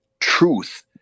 truth